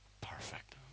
perfect